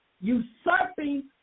usurping